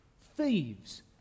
thieves